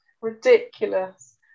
ridiculous